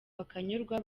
bakanyurwa